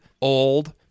old